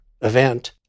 event